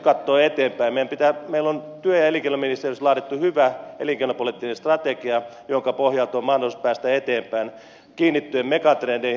meillä on työ ja elinkeinoministeriössä laadittu hyvä elinkeinopoliittinen strategia jonka pohjalta on mahdollista päästä eteenpäin kiinnittyen megatrendeihin